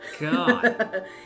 God